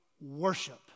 worship